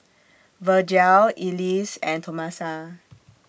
Virgel Elease and Tomasa